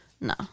No